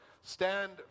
stand